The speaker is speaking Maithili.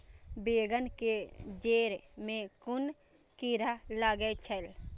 बेंगन के जेड़ में कुन कीरा लागे छै?